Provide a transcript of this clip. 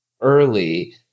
early